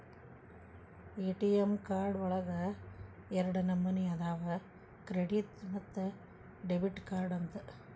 ATM card ಒಳಗ ಎರಡ ನಮನಿ ಅದಾವ ಕ್ರೆಡಿಟ್ ಮತ್ತ ಡೆಬಿಟ್ ಕಾರ್ಡ್ ಅಂತ